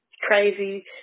Crazy